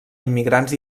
immigrants